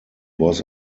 was